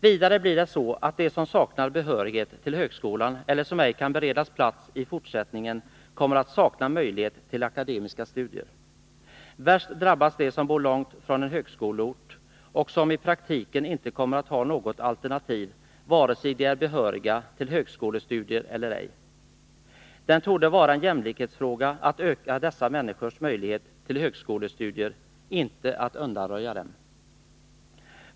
Vidare kommer de som saknar behörighet till högskolan eller som ej kan beredas plats i fortsättningen att sakna möjlighet till akademiska studier. Värst drabbas de som bor långt från en högskoleort och som i praktiken inte kommer att ha något alternativ, vare sig de är behöriga till högskolestudier eller ej. Det torde vara en jämlikhetsfråga att öka dessa människors möjlighet till högskolestudier, inte att undanröja den.